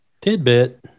Tidbit